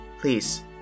Please